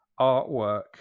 artwork